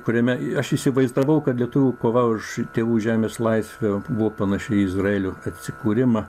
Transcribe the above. kuriame aš įsivaizdavau kad lietuvių kova už tėvų žemės laisvę buvo panaši į izraelio atsikūrimą